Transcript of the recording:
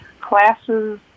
classes